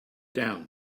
down